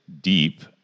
deep